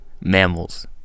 mammals